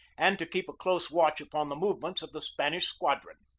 and to keep a close watch upon the movements of the spanish squadron.